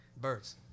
Birds